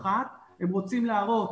אחת, הם רוצים להראות